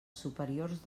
superiors